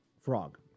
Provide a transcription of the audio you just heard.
Frog